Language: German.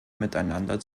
miteinander